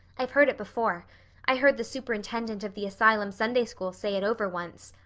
i've heard it before i heard the superintendent of the asylum sunday school say it over once.